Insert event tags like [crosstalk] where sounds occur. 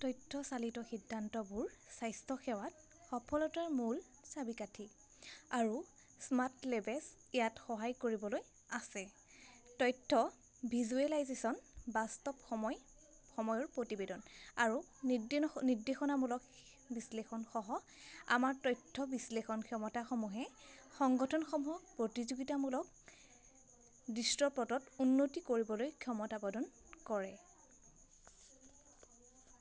তথ্য চালিত সিদ্ধান্তবোৰ স্বাস্থ্যসেৱাত সফলতাৰ মূল চাবিকাঠি আৰু স্মাৰ্ট লেবেছ ইয়াত সহায় কৰিবলৈ আছে তথ্য ভিজুৱেলাইজেচন বাস্তৱ সময় সময়ৰ প্ৰতিবেদন আৰু [unintelligible] নিৰ্দেশনামূলক বিশ্লেষণ সহ আমাৰ তথ্য বিশ্লেষণ ক্ষমতাসমূহে সংগঠনসমূহক প্ৰতিযোগিতামূলক দৃশ্যপটত উন্নতি কৰিবলৈ ক্ষমতা প্ৰদান কৰে